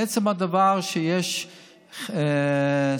עצם הדבר שיש שרים